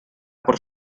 por